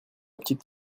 petite